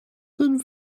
than